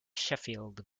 sheffield